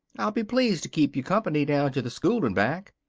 i'll be pleased to keep you company down to the school and back.